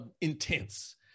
intense